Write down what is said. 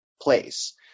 place